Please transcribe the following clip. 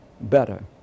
better